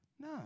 No